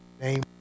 name